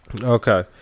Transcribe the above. okay